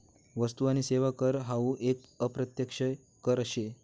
वस्तु आणि सेवा कर हावू एक अप्रत्यक्ष कर शे